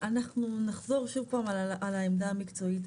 אנחנו נחזור שוב פעם על העמדה המקצועית,